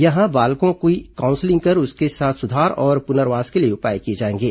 यहां बालकों की काउंसिलिंग कर उनके सुधार और पुनर्वास के लिए उपाय किए जाएंगे